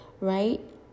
Right